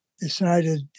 Decided